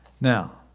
Now